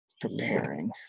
preparing